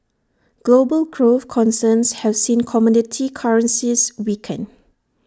global growth concerns have seen commodity currencies weaken